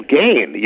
gain